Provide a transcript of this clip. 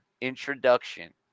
introduction